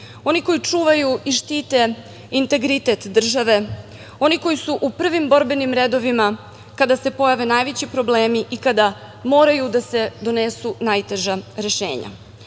oni koji čuvaju i štite integritet države, oni koji su u prvim borbenim redovima kada se pojave najveći problemi i kada moraju da se donesu najteža rešenja?